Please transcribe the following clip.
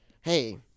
Hey